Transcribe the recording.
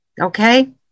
Okay